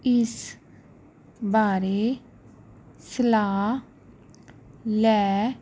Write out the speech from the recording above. ਇਸ ਬਾਰੇ ਸਲਾਹ ਲੈ